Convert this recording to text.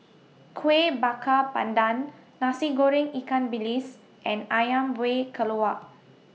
Kueh Bakar Pandan Nasi Goreng Ikan Bilis and Ayam Buah Keluak